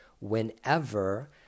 Whenever